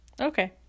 Okay